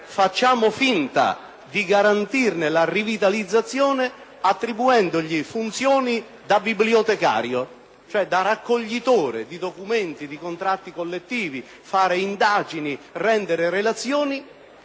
facciamo finta di garantirne la rivitalizzazione attribuendogli funzioni da bibliotecario, cioè da raccoglitore di documenti, di contratti collettivi, di promotore di indagini, e di relazioni,